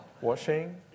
Washing